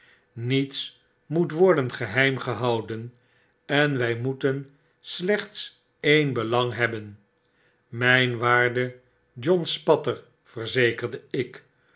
niets moet worden geheim gehouden en wy moeten slechts een belang hebben myn waarde john spatter verzekerde ik